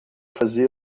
fazê